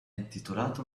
intitolato